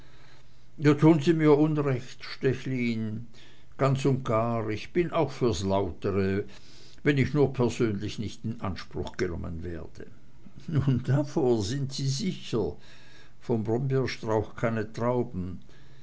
da tun sie mir unrecht stechlin ganz und gar ich bin auch fürs lautere wenn ich nur persönlich nicht in anspruch genommen werde nun davor sind sie sicher vom brombeerstrauch keine trauben